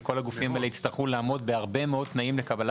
אנחנו מציעים שיבוא גם רישיון ייזום מתקדם,